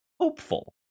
hopeful